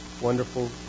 wonderful